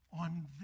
on